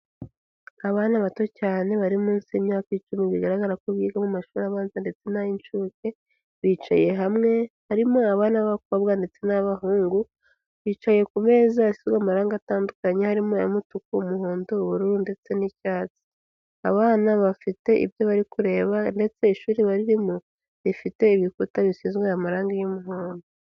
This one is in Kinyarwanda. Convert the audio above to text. Abana bato cyane bari munsi y'imyaka icumi bigaragara ko biga mu mashuri abanza ndetse n'ay'inshuke, bicaye hamwe harimo abana b'abakobwa ndetse n'abahungu bicaye ku meza, yasizwe amarangi atandukanye, harimo: umutuku, umuhondo, ubururu ndetse n'icyatsi, abana bafite ibyo bari kureba, ndetse ishuri barimo rifite ibikuta bisizwe amarangi y'umuhondo.